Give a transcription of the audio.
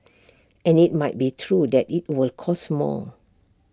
and IT might be true that IT will cost more